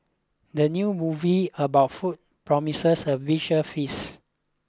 the new movie about food promises a visual feast